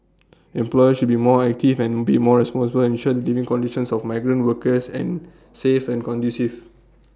employers should be more active and be more responsible ensure the living conditions of migrant workers and safe and conducive